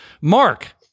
Mark